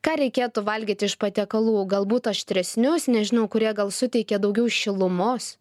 ką reikėtų valgyti iš patiekalų galbūt aštresnius nežinau kurie gal suteikia daugiau šilumos